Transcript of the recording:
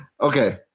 okay